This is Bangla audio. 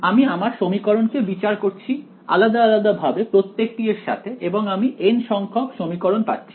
আমি আমার সমীকরণ কে বিচার করছি আলাদা আলাদাভাবে প্রত্যেকটি এর সাথে এবং আমি n সংখ্যক সমীকরণ পাচ্ছি